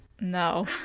No